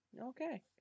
Okay